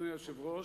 אדוני היושב-ראש,